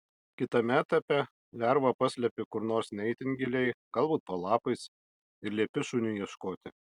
kitame etape lervą paslepi kur nors ne itin giliai galbūt po lapais ir liepi šuniui ieškoti